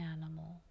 animal